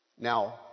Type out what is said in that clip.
Now